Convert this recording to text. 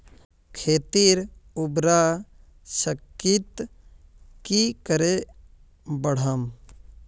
खेतीर उर्वरा शक्ति की करे बढ़ाम?